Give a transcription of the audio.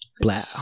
Blah